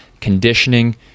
conditioning